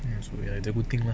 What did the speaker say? and so it's a good thing lah